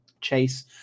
Chase